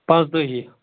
پانژٛھ تٲجی